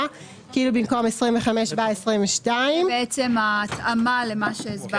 כאילו במקום "25" בא "22"; זה בעצם התאמה למה שהסברת קודם.